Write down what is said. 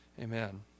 Amen